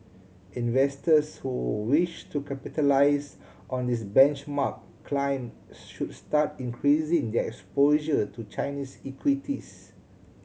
investors who wish to capitalise on this benchmark climb should start increasing their exposure to Chinese equities